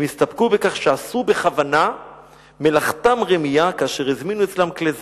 הם הסתפקו בכך שעשו בכוונה מלאכתם רמייה כאשר הזמינו אצלם כלי זין,